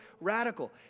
radical